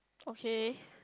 okay